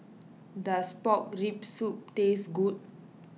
does Pork Rib Soup taste good